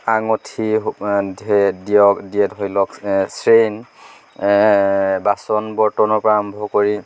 আঙুঠি দিয়ক দিয়ে ধৰি লওক চ্ৰেইন বাচন বৰ্তনৰ পৰা আৰম্ভ কৰি